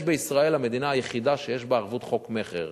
ישראל היא המדינה היחידה שיש בה ערבות חוק מכר.